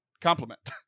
compliment